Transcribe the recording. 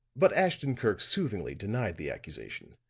but ashton-kirk soothingly denied the accusation.